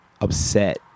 upset